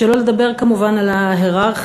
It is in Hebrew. שלא לדבר כמובן על ההייררכיה,